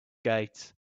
gate